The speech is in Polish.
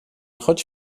choć